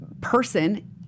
person